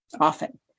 often